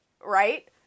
Right